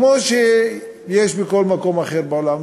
כמו שיש בכל מקום אחר בעולם,